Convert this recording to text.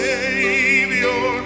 Savior